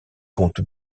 compte